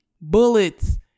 bullets